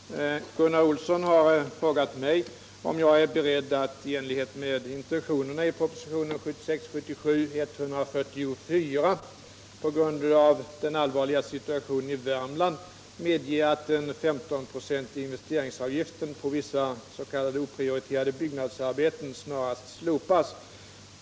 Herr talman! Gunnar Olsson har frågat mig om jag är beredd att — i enlighet med intentionerna i prop, 1976/77:144 — på grund av den allvarliga situationen i Värmland medge att den 15-procentiga investeringsavgiften på vissa s.k. oprioriterade byggnadsarbeten snarast slopas.